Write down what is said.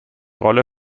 rolle